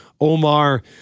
Omar